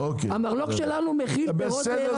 המרלו"ג שלנו מכיל פירות וירקות --- בסדר,